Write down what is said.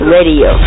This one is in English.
Radio